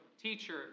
Teacher